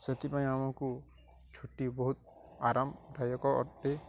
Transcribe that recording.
ସେଥିପାଇଁ ଆମକୁ ଛୁଟି ବହୁତ ଆରାମଦାୟକ ଅଟେ